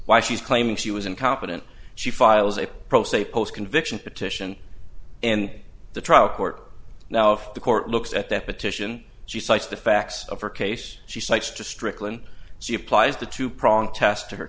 why she's claiming she was incompetent she files a pro se post conviction petition and the trial court now if the court looks at that petition she cites the facts of her case she cites to strickland she applies the two prong test to her